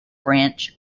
branch